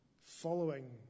following